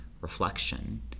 reflection